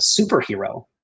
superhero